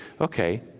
okay